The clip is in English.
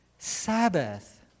Sabbath